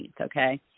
okay